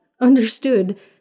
understood